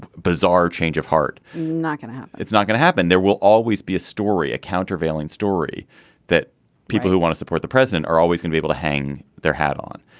bizarre change of heart not going to happen. it's not going to happen. there will always be a story a countervailing story that people who want to support the president are always gonna be able to hang their hat on.